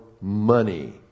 money